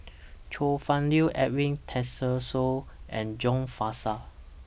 Chong Fah Cheong Edwin Tessensohn and John Fraser